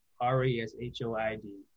R-E-S-H-O-I-D